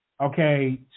Okay